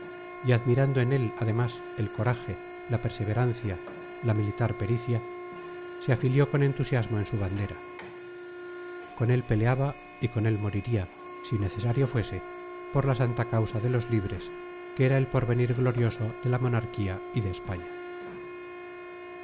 y admirando en él además el coraje la perseverancia la militar pericia se afilió con entusiasmo en su bandera con él peleaba y con él moriría si necesario fuese por la santa causa de los libres que era el porvenir glorioso de la monarquía y de españa